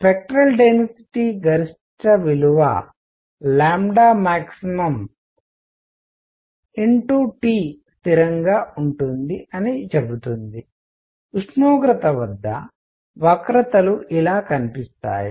spectral density గరిష్ట విలువ max T స్థిరంగా ఉంటుంది అని చెబుతుంది ఉష్ణోగ్రత వద్ద వక్రతలు ఇలా కనిపిస్తాయి